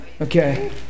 Okay